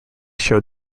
show